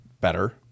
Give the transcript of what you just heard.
better